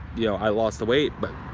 you know, i lost the weight, but